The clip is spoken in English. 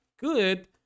good